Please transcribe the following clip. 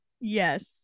yes